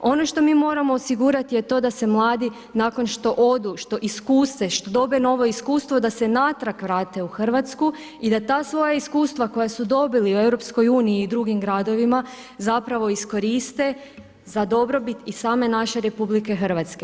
Ono što mi moramo osigurati je to da se mladi nakon što odu, što iskuse, što dobe novo iskustvo da se natrag vrate u Hrvatsku i da ta svoja iskustva koja su dobili u EU i drugim gradovima zapravo iskoriste za dobrobit i same naše RH.